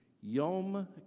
Yom